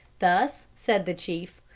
thus, said the chief,